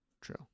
true